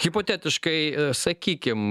hipotetiškai sakykim